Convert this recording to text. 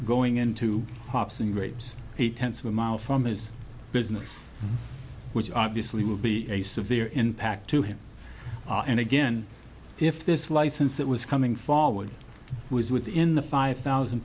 going into hobson rapes eight tenths of a mile from his business which obviously would be a severe impact to him and again if this license that was coming forward was within the five thousand